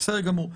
בסדר גמור.